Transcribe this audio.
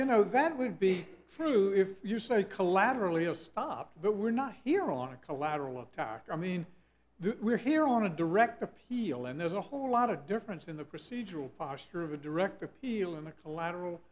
don't know that would be fruit if you say collaterally will stop but we're not here on a collateral attack i mean the we're here on a direct appeal and there's a whole lot of difference in the procedural posture of a direct appeal in the collateral